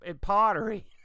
Pottery